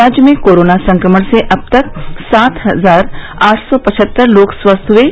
राज्य में कोरोना संक्रमण से अब तक सात हजार आठ सौ पचहत्तर लोग स्वस्थ हुये